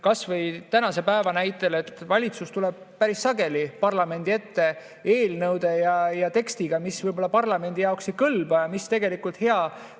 kas või tänase päeva näitel, et valitsus tuleb päris sageli parlamendi ette eelnõudega, mis võib-olla parlamendi jaoks ei kõlba ja mis hea